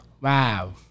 Wow